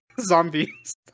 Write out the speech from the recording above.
zombies